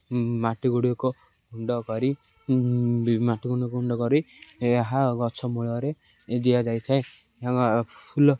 ମାଟିଗୁଡ଼ିକୁ ଗୁଣ୍ଡ କରି ମାଟି ଗୁଣକୁ ଗୁଣ୍ଡ କରି ଏହା ଗଛ ମୂଳରେ ଦିଆଯାଇଥାଏ ଫୁଲ